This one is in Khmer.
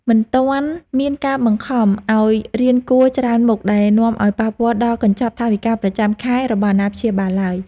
មិនទាន់មានការបង្ខំឱ្យរៀនគួរច្រើនមុខដែលនាំឱ្យប៉ះពាល់ដល់កញ្ចប់ថវិកាប្រចាំខែរបស់អាណាព្យាបាលឡើយ។